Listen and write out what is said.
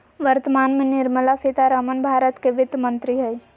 वर्तमान में निर्मला सीतारमण भारत के वित्त मंत्री हइ